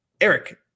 Eric